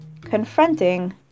Confronting